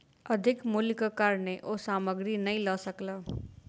अधिक मूल्यक कारणेँ ओ सामग्री नै लअ सकला